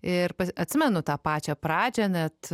ir pa atsimenu tą pačią pradžią net